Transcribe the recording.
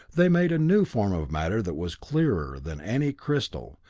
they made a new form of matter that was clearer than any crystal,